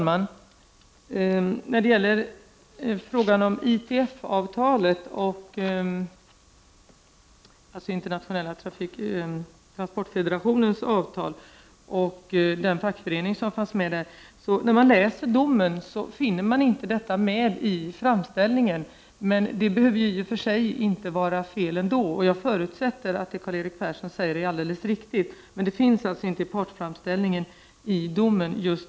Herr talman! Frågan om ITF-avtalet, dvs. avtalet mellan Internationella Transportfedrationen och vederbörande fackförening, finns inte med i domen eller i sakframställningen. Det behöver i och för sig inte vara fel att det avtalet berörs. Jag förutsätter att det som Karl-Erik Persson säger är alldeles riktigt, men den delen av skeendet finns alltså inte med i partsframställningen i domen.